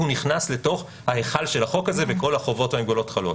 הוא נכנס לתוך ההיכל של החוק הזה וכל החובות והמגבלות חלות.